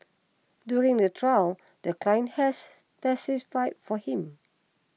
during the trial the client has testified for him